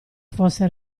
fosse